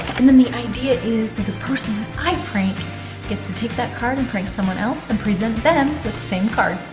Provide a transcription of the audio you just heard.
and then, the idea is that the person i prank gets to take that card and prank someone else, and present them with the same card.